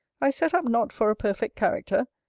i set up not for a perfect character.